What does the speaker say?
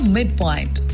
Midpoint